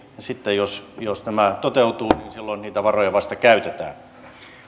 sitten jos jos nämä toteutuvat niin silloin niitä varoja vasta käytetään